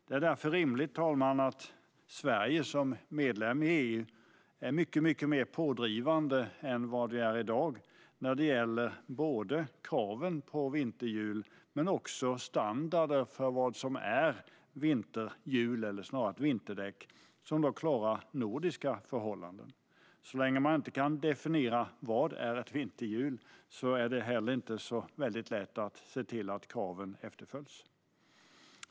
Det är därför rimligt att Sverige som medlem i EU är mycket mer pådrivande än i dag vad gäller både kraven på vinterdäck och standarden för vinterdäck som ska klara nordiska förhållanden. Så länge man inte har definierat vad ett vinterdäck är, är det svårt att se till att kraven efterföljs.